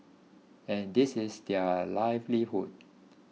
and this is their livelihood